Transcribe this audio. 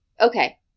Okay